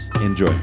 Enjoy